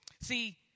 See